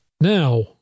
Now